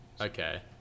okay